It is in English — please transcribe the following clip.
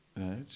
right